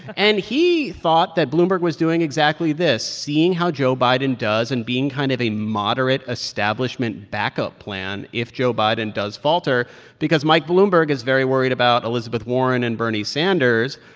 and he thought that bloomberg was doing exactly this seeing how joe biden does and being kind of a moderate establishment backup plan if joe biden does falter because mike bloomberg is very worried about elizabeth warren and bernie sanders.